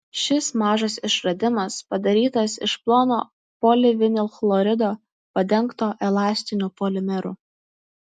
šis mažas išradimas padarytas iš plono polivinilchlorido padengto elastiniu polimeru